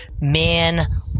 man